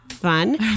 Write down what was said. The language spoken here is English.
Fun